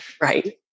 Right